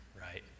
right